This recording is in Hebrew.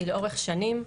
שהיא לאורך שנים,